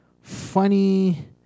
funny